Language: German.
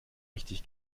richtig